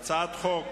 הצעת חוק